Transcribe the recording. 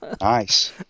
Nice